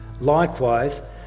Likewise